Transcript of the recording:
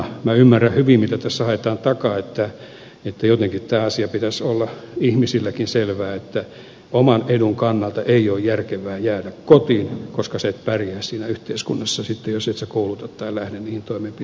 minä ymmärrän hyvin mitä tässä ajetaan takaa että jotenkin tämän asian pitäisi olla ihmisilläkin selvää että oman edun kannalta ei ole järkevää jäädä kotiin koska sinä et pärjää yhteiskunnassa jos et sinä kouluttaudu tai lähde niihin toimenpiteisiin